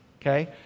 okay